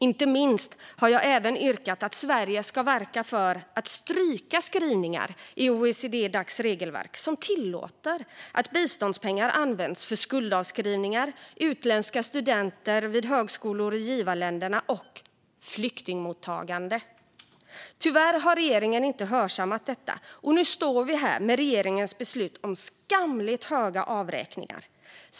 Inte minst har jag även yrkat att Sverige ska verka för att stryka skrivningar i OECD-Dacs regelverk som tillåter att biståndspengar används för skuldavskrivningar, utländska studenter vid högskolor i givarländerna och flyktingmottagande. Tyvärr har regeringen inte hörsammat detta, och nu står vi här med regeringens beslut om skamligt höga avräkningar.